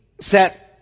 set